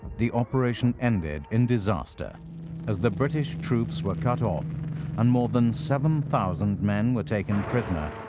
the operation ended in disaster as the british troops were cut off and more than seven thousand men were taken prisoner,